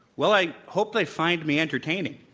well, i hope they find me entertaining.